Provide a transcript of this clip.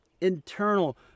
internal